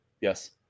Yes